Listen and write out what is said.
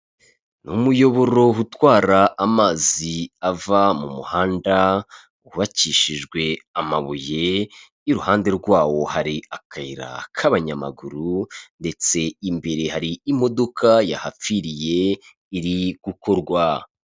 Ni umuyoboro utwara amazi ava mu muhanda wubakishijwe amabuye, iruhande rwawo hari akayira k'abanyamaguru ndetse imbere hari imodoka yahapfiriye iri gukorwa.